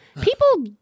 People